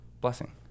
Blessing